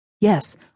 Yes